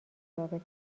رابطه